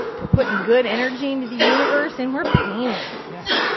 we're putting good energy into the universe and we're painting. yes.